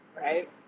Right